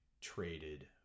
traded